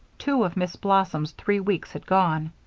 two of miss blossom's three weeks had gone.